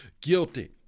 guilty